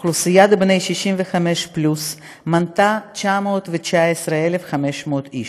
אוכלוסיית בני 65 פלוס הייתה 919,500 איש,